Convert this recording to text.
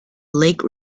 lake